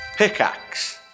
pickaxe